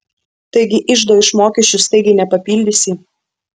taigi iždo iš mokesčių staigiai nepapildysi